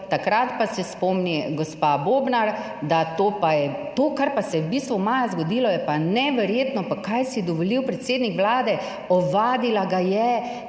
Takrat pa se spomni gospa Bobnar, da to pa je to, kar pa se je v bistvu maja zgodilo, je pa neverjetno. Pa kaj si je dovolil predsednik Vlade. Ovadila ga je